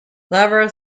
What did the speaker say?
larvae